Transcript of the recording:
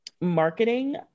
marketing